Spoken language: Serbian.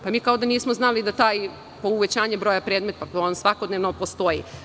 Mi kao da nismo znali da to uvećanje broja predmeta, svakodnevno postoji.